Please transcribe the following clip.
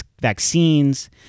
vaccines